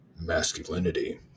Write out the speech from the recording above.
masculinity